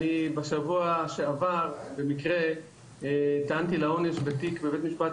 בשבוע שעבר במקרה אני טענתי לעונש בתיק בבית משפט